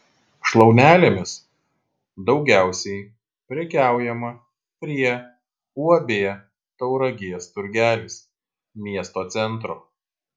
šlaunelėmis daugiausiai prekiaujama prie uab tauragės turgelis miesto centro